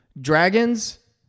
dragons